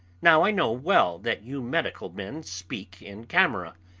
now i know well that you medical men speak in camera,